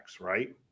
right